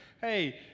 hey